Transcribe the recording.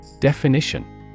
Definition